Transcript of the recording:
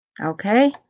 Okay